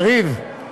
יריב,